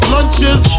Lunches